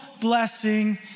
blessing